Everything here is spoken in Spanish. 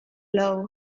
law